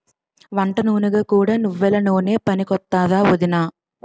వంటనూనెగా కూడా నువ్వెల నూనె పనికొత్తాదా ఒదినా?